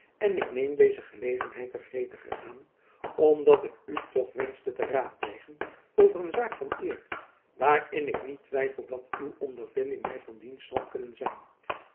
en ik neem deze gelegenheid te gretiger aan om dat ik u toch wenschte te raadplegen over een zaak van eer waarin ik niet twijfel dat uw ondervinding my van dienst zal kunnen zijn